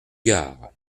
gard